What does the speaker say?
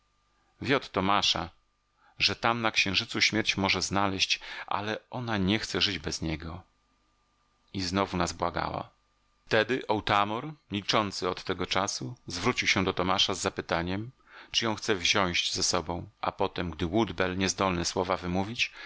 od tomasza że tam na księżycu śmierć może znaleźć ale ona nie chce żyć bez niego i znowu nas błagała wtedy otamor milczący od tego czasu zwrócił się do tomasza z zapytaniem czy ją chce wziąć ze sobą a potem gdy woodbell niezdolny słowa wymówić